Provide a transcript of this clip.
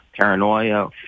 paranoia